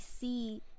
see